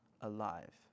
alive